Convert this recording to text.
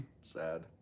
sad